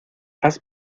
haz